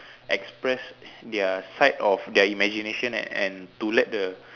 express their side of their imagination and and to let the